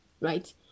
right